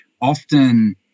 Often